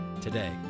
today